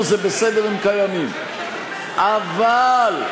כל מי